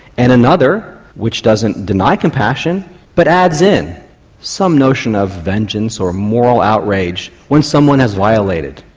and another which doesn't deny compassion but adds in some notion of vengeance or moral outrage when someone has violated.